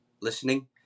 listening